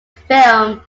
film